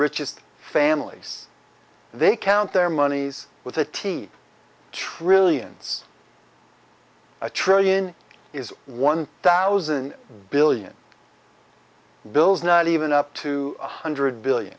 richest families they count their monies with a t trillions a trillion is one thousand billion bills not even up to one hundred billion